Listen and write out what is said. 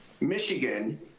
Michigan